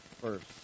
first